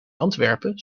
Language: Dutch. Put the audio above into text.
antwerpen